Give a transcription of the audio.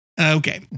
Okay